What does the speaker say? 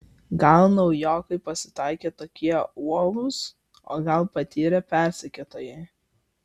gal naujokai pasitaikė tokie uolūs o gal patyrę persekiotojai